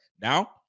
now